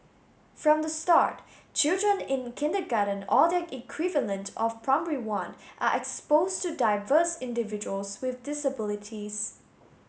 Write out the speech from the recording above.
from the start children in kindergarten or their equivalent of Primary One are exposed to diverse individuals with disabilities